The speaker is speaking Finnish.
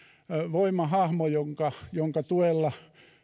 voimahahmo jonka jonka tuella